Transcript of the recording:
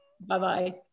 Bye-bye